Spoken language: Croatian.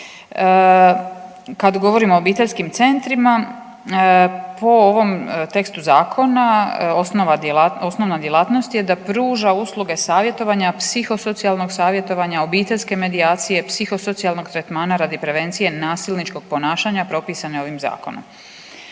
Kad govorim o obiteljskim centrima po ovom tekstu zakona osnovna djelatnost je da pruža usluge savjetovanja, psiho socijalnog savjetovanja, obiteljske medijacije, psiho socijalnog tretmana radi prevencije nasilničkog ponašanja propisane ovim zakonom.